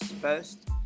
first